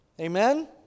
amen